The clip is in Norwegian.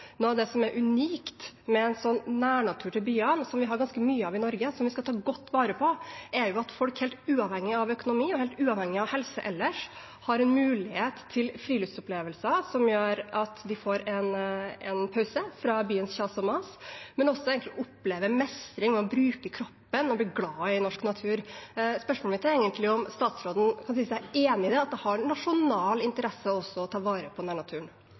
Noe av det som er unikt med en slik nærnatur til byene, som vi har ganske mye av i Norge, og som vi skal ta godt vare på, er at folk helt uavhengig av økonomi og helt uavhengig av helse ellers har en mulighet til friluftsopplevelser som gjør at de får en pause fra byens kjas og mas, men også opplever mestring ved å bruke kroppen og bli glad i norsk natur. Spørsmålet mitt er egentlig om statsråden kan si seg enig i at det har nasjonal interesse også å ta vare på